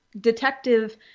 detective